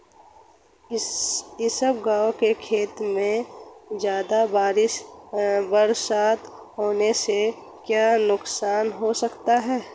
इसबगोल की खेती में ज़्यादा बरसात होने से क्या नुकसान हो सकता है?